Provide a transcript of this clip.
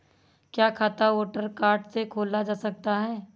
क्या खाता voter card से खोला जा सकता है?